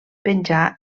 penjar